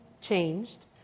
changed